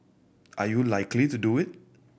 are you likely to do it